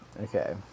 Okay